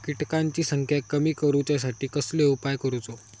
किटकांची संख्या कमी करुच्यासाठी कसलो उपाय करूचो?